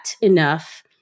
enough